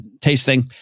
tasting